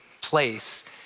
place